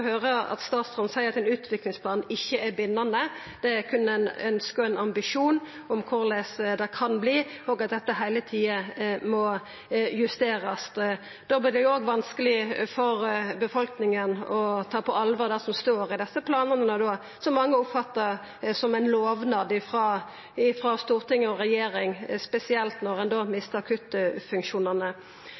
at statsråden seier at ein utviklingsplan ikkje er bindande, men berre eit ønske og ein ambisjon om korleis dette kan verta, og at dette heile tida må justerast. Da vert det òg vanskeleg for befolkninga å ta på alvor det som står i desse planane, som mange oppfattar som ein lovnad frå Stortinget og regjeringa, spesielt når ein mistar akuttfunksjonane.